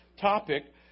topic